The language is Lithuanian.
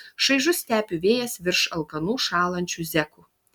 šaižus stepių vėjas virš alkanų šąlančių zekų